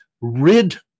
rid